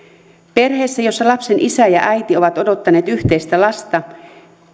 perheessä jossa lapsen isä ja äiti ovat odottaneet yhteistä lasta